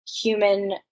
human